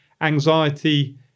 anxiety